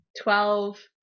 twelve